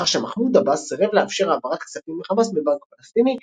לאחר שמחמוד עבאס סירב לאפשר העברת כספים לחמאס מבנק פלסטיני,